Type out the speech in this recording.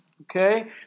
Okay